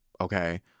Okay